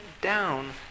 down